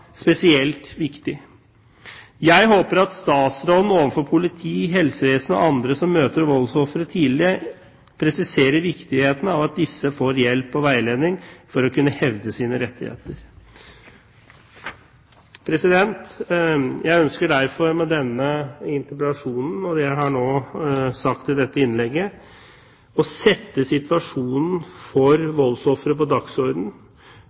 spesielt viktig. Jeg håper at statsråden overfor politi, helsevesen og andre som møter voldsofre tidlig, presiserer viktigheten av at disse får hjelp og veiledning for å kunne hevde sine rettigheter. Jeg ønsker med denne interpellasjonen og det jeg har sagt i dette innlegget, å sette situasjonen for voldsofre på